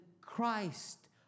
Christ